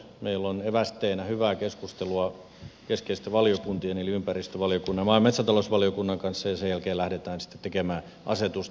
meillä on evästeenä hyvää keskustelua keskeisten valiokuntien eli ympäristövaliokunnan ja maa ja metsätalousvaliokunnan kanssa ja sen jälkeen lähdetään tekemään asetusta